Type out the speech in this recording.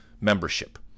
membership